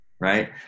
Right